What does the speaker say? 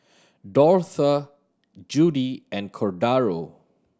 Dortha Judy and Cordaro